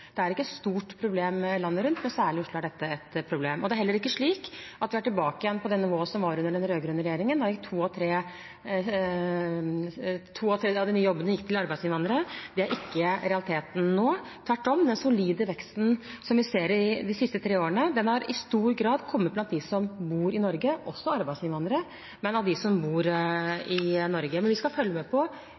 er dette et problem. Det er heller ikke slik at vi er tilbake på det nivået som var under den rød-grønne regjeringen, da to av tre av de nye jobbene gikk til arbeidsinnvandrere. Det er ikke realiteten nå, tvert om, den solide veksten som vi har sett de siste tre årene, har i stor grad kommet blant dem som bor i Norge, også arbeidsinnvandrere – men av dem som bor i Norge. Men vi skal følge med på